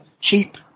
cheap